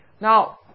Now